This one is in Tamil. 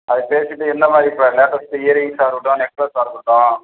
அது பேசிவிட்டு எந்தமாதிரி இப்போ லேட்டஸ்ட்டு இயரிங்ஸ்ஸாக இருக்கட்டும் நெக்லஸ்ஸாக இருக்கட்டும்